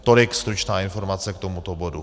Tolik stručná informace k tomuto bodu.